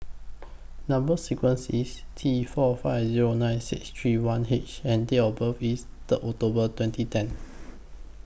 Number sequence IS T four five Zero nine six three one H and Date of birth IS Third October twenty ten